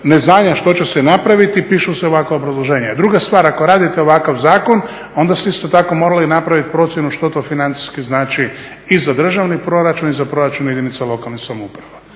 neznanja što će se napraviti pišu se ovakva obrazloženja. Druga stvar, ako radite ovakav zakon onda ste isto tako morali napraviti procjenu što to financijski znači i za državni proračun i za proračun jedinica lokalnih samouprava.